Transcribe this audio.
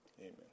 Amen